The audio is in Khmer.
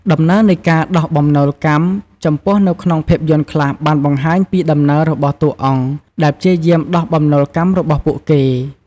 ដំណើរនៃការដោះបំណុលកម្ម ចំពោះនៅក្នុងភាពយន្តខ្លះបានបង្ហាញពីដំណើររបស់តួអង្គដែលព្យាយាមដោះបំណុលកម្មរបស់ពួកគេ។